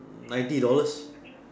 ninety dollars